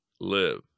live